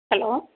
hello